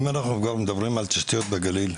אם אנחנו כבר מדברים על תשתיות בגליל,